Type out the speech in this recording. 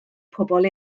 pobl